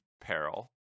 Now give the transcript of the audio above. peril